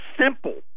simple